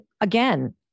again